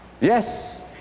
Yes